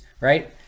right